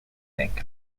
neck